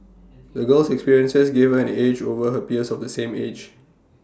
the girl's experiences gave her an edge over her peers of the same age